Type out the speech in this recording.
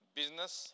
business